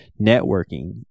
networking